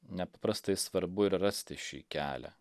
nepaprastai svarbu ir rasti šį kelią